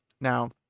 Now